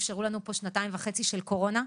אפשרו לנו פה שנתיים וחצי של קורונה.